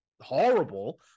horrible